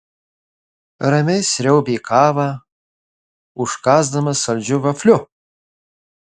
ramiai sriaubė kavą užkąsdamas saldžiu vafliu